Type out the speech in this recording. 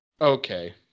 Okay